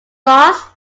lost